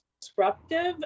disruptive